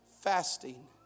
fasting